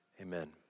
amen